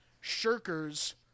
Shirkers